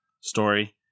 story